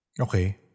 Okay